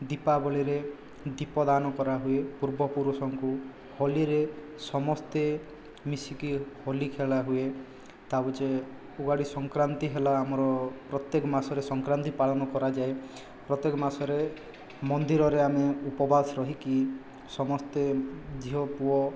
ଦୀପାବଳିରେ ଦୀପ ଦାନ କରାହୁଏ ପୂର୍ବ ପୁରୁଷଙ୍କୁ ହୋଲିରେ ସମସ୍ତେ ମିଶିକି ହୋଲି ଖେଳା ହୁଏ ତା ପଛେ ଉଆଡ଼ି ସଂକ୍ରାନ୍ତି ହେଲା ଆମର ପ୍ରତ୍ୟେକ ମାସରେ ସଂକ୍ରାନ୍ତି ପାଳନ କରାଯାଏ ପ୍ରତ୍ୟେକ ମାସରେ ମନ୍ଦିରରେ ଆମେ ଉପବାସ ରହିକି ସମସ୍ତେ ଝିଅ ପୁଅ